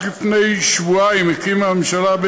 רק לפני שבועיים הקימה הממשלה,